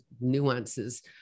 nuances